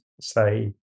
say